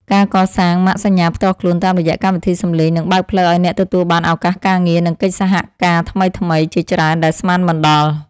ការកសាងម៉ាកសញ្ញាផ្ទាល់ខ្លួនតាមរយៈកម្មវិធីសំឡេងនឹងបើកផ្លូវឱ្យអ្នកទទួលបានឱកាសការងារ និងកិច្ចសហការថ្មីៗជាច្រើនដែលស្មានមិនដល់។